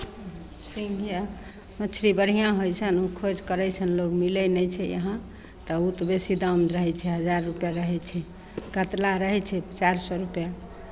सिंगही मछली बढ़िआँ होइ छनि ओ खोज करैत छनि लोक मिलैत नहि छै यहाँ तब ओ तऽ बेसी दाम रहैत छै हजार रुपैआ रहै छै कतला रहै छै चारि सए रुपैए